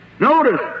Notice